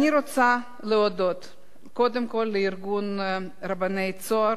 אני רוצה להודות קודם כול לארגון רבני "צהר",